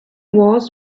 was